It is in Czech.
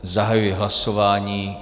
Zahajuji hlasování.